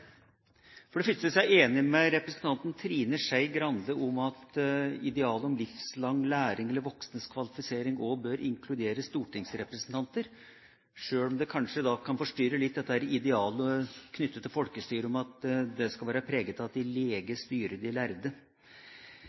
Trine Skei Grande i at idealet om livslang læring eller voksnes kvalifisering også bør inkludere stortingsrepresentanter, sjøl om det kanskje kan forstyrre litt idealet knyttet til folkestyret, at det skal være preget av at de lege styrer de lærde.